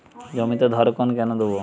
জমিতে ধড়কন কেন দেবো?